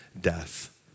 death